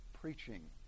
preaching